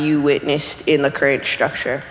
you witnessed in the crate structure